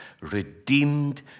redeemed